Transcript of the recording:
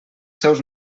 seus